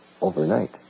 Overnight